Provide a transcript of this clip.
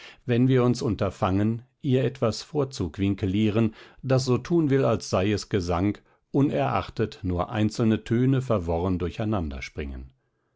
wenn wir uns unterfangen ihr etwas vorzuquinkelieren das so tun will als sei es gesang unerachtet nur einzelne töne verworren durcheinander springen